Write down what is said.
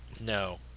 No